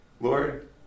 Lord